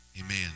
amen